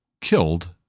killed